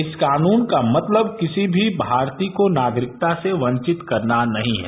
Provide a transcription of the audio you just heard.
इस कानून का मतलब किसी भी भारतीय को नागरिकता से वांचित करना नहीं है